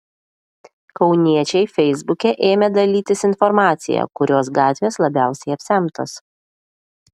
kauniečiai feisbuke ėmė dalytis informacija kurios gatvės labiausiai apsemtos